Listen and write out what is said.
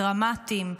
דרמטיים,